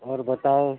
اور بتاؤ